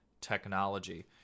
technology